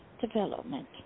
development